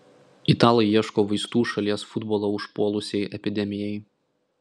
italai ieško vaistų šalies futbolą užpuolusiai epidemijai